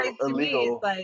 illegal